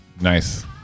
Nice